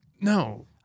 No